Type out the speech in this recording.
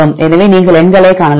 எனவே நீங்கள் எண்களைக் காணலாம்